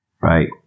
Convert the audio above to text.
right